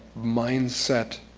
mindset,